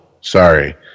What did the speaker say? Sorry